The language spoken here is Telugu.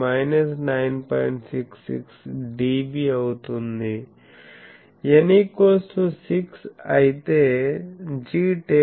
66 dBఅవుతుందిn 6 అయితే gtaper 9